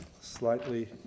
slightly